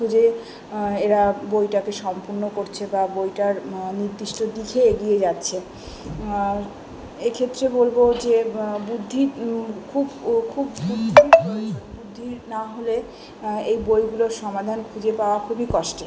খুঁজে এরা বইটাকে সম্পূর্ণ করছে বা বইটার নির্দিষ্ট দিকে এগিয়ে যাচ্ছে এ ক্ষেত্রে বলবো যে বুদ্ধি খুব ও খুব বুদ্ধি না হলে এই বইগুলোর সমাধান খুঁজে পাওয়া খুবই কষ্টের